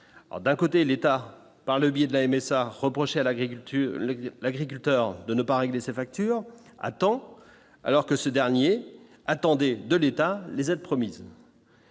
d'un côté l'État par le biais de la MSA reproché à l'agriculture, l'agriculteur de ne pas régler ses factures à temps, alors que ce dernier attendait de l'État, les aides promises.